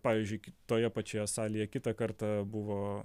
pavyzdžiui toje pačioje salėje kitą kartą buvo